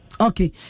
Okay